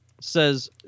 says